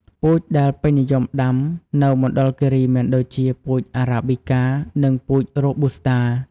ពូជដែលពេញនិយមដាំនៅមណ្ឌលគិរីមានដូចជា ពូជអារ៉ាប៊ីកា និងពូជរ៉ូប៊ូស្តា។